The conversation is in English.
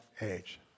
age